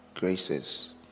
Graces